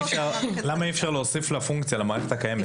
למה אי אפשר להוסיף לפונקציה, למערכת הקיימת?